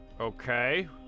Okay